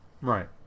Right